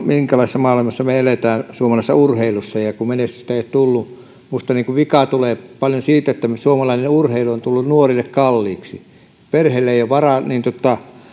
minkälaisessa maailmassa me elämme suomalaisessa urheilussa kun menestystä ei ole tullut minusta vikaa tulee paljon siitä että suomalainen urheilu on tullut nuorille kalliiksi perheillä ei ole varaa